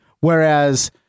whereas